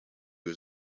was